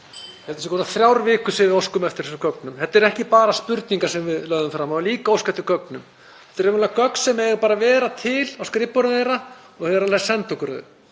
held að það séu komnar þrjár vikur síðan við óskuðum eftir þessum gögnum. Þetta eru ekki bara spurningar sem við lögðum fram, það var líka óskað eftir gögnum. Þetta eru raunverulega gögn sem eiga bara að vera til á skrifborðum þeirra og þeir eiga að senda okkur þau.